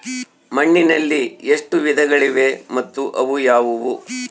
ಮಣ್ಣಿನಲ್ಲಿ ಎಷ್ಟು ವಿಧಗಳಿವೆ ಮತ್ತು ಅವು ಯಾವುವು?